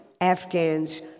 Afghans